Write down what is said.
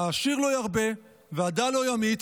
"העשיר לא ירבה והדל לא ימעיט",